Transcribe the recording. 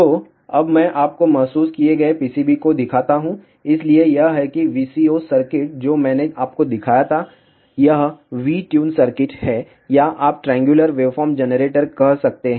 तो अब मैं आपको महसूस किए गए PCB को दिखाता हूं इसलिए यह है कि VCO सर्किट जो मैंने आपको दिखाया था यह V ट्यून सर्किट है या आप ट्रायंगुलर वेवफॉर्म जनरेटर कह सकते हैं